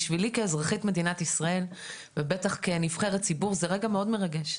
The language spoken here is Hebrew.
בשבילי כאזרחית מדינת ישראל ובטח כנבחרת ציבור זה רגע מאוד מרגש,